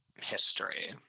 history